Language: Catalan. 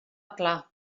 clar